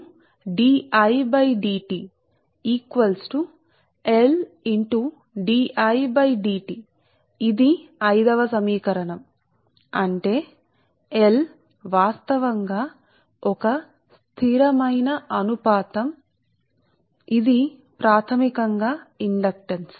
కాబట్టి ఇదిఇలా ఉంటుంది ఇది సమీకరణం 5 అన్ని సరే అంటే ఇది వాస్తవానికి అనుపాతం లో స్థిరం గా ఉంటుంది ఇది ప్రాథమికంగా ఇండక్టెన్స్